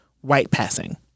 white-passing